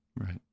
Right